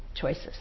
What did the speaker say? choices